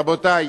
רבותי,